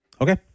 Okay